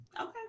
okay